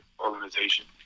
organization